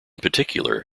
particular